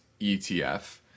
ETF